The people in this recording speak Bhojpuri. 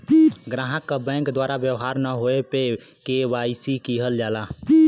ग्राहक क बैंक द्वारा व्यवहार न होये पे के.वाई.सी किहल जाला